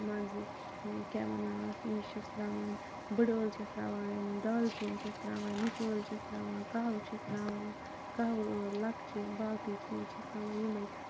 مَنٛزٕ کیاہ وَنان اَتھ یہِ چھُس تراوان بٕڑٕ ٲلہٕ چھِس تراوان دالچیٖن چھِس تراوان نِچہِ ٲلہٕ چھِس تراوان کَہوٕ چھِس تراوان کَہوٕ ٲلہٕ لَکچہِ باقٕے چیٖز چھِس تھاوان یِمے